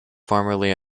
formerly